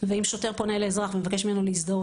ואם שוטר פונה לאזרח ומבקש ממנו להזדהות